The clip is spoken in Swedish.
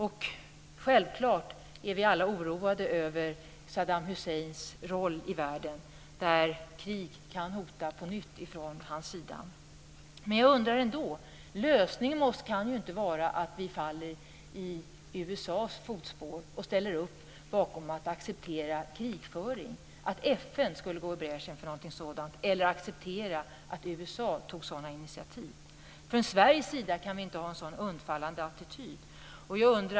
Självklart är vi alla oroade över Saddam Husseins roll i världen, där krig kan hota på nytt från hans sida. Men jag undrar ändå, lösningen kan inte vara att vi faller in i USA:s fotspår och accepterar krigföring, att FN skulle gå i bräschen för någonting sådant eller accepterar att USA tar sådana initiativ. Från Sveriges sida kan vi inte ha en sådan undfallande attityd.